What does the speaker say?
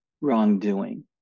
wrongdoing